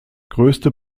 größte